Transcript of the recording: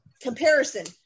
comparison